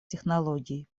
технологий